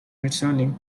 returning